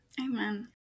Amen